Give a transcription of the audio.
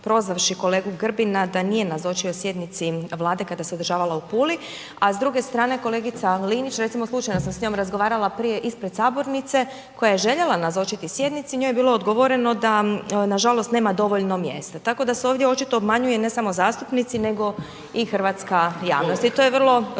prozvavši kolegu Grbina da nije nazočio sjednici Vlade kada se održava u Puli. A s druge strane kolegica Linić, recimo slučajno sam s njom razgovarala prije ispred sabornice koja je željela nazočiti sjednici, njoj je bilo odgovoreno da nažalost nema dovoljno mjesta. Tako da se ovdje očito obmanjuje ne samo zastupnici nego i hrvatska javnost i to je vrlo